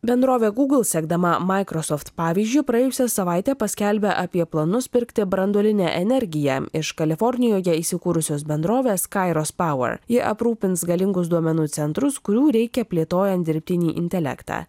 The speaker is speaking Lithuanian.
bendrovė google sekdama microsoft pavyzdžiu praėjusią savaitę paskelbė apie planus pirkti branduolinę energiją iš kalifornijoje įsikūrusios bendrovės kairos power ji aprūpins galingus duomenų centrus kurių reikia plėtojant dirbtinį intelektą